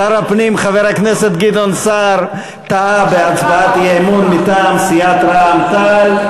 שר הפנים חבר הכנסת גדעון סער טעה בהצבעת האי-אמון מטעם סיעת רע"ם-תע"ל,